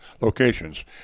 locations